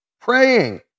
Praying